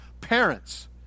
parents